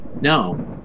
No